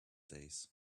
days